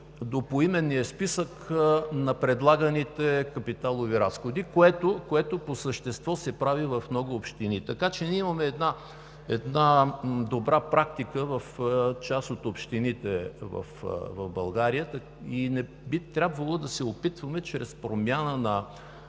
до поименния списък на предлаганите капиталови разходи, което по същество се прави в много общини. Така че ние имаме една добра практика в част от общините в България. Не би трябвало да се опитваме чрез промяна на